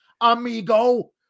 amigo